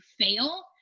fail